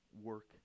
work